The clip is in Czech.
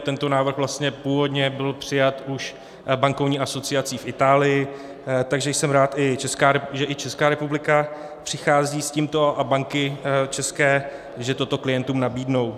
Tento návrh vlastně původně byl přijat už bankovní asociací v Itálii, takže jsem rád, že i Česká republika přichází s tímto a banky české že toto klientům nabídnou.